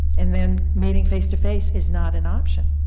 and then meeting face to face is not an option.